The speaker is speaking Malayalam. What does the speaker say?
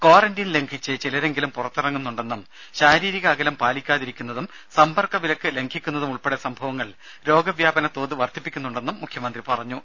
ക്വാറന്റീൻ ലംഘിച്ച് ചിലരെങ്കിലും പുറത്തിറങ്ങുന്നുണ്ടെന്നും ശാരീരിക അകലം പാലിക്കാതിരിക്കുന്നതും സമ്പർക്കവിലക്ക് ലംഘിക്കുന്നതും ഉൾപ്പെടെ സംഭവങ്ങൾ രോഗവ്യാപന തോത് വർധിപ്പിക്കുന്നുണ്ടെന്നും മുഖ്യമന്ത്രി പറഞ്ഞു